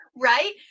right